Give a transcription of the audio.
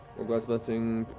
god's blessing,